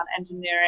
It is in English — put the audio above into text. engineering